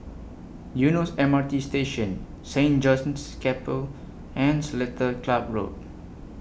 Eunos M R T Station Saint John's Chapel and Seletar Club Road